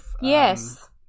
Yes